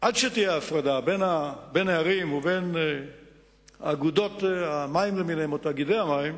עד שתהיה הפרדה בין הערים ובין אגודות המים למיניהן או תאגידי המים,